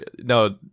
no